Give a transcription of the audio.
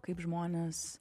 kaip žmonės